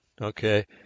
okay